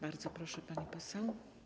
Bardzo proszę, pani poseł.